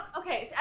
okay